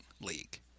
league